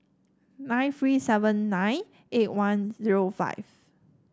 nine three seven nine eight one zero five